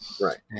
Right